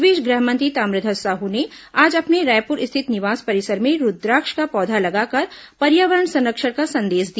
इस बीच गृह मंत्री ताम्रध्वज साहू ने आज अपने रायपुर स्थित निवास परिसर में रूद्राक्ष का पौधा लगाकर पर्यावरण संरक्षण का संदेश दिया